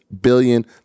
billion